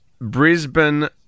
Brisbane